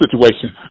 situation